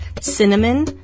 cinnamon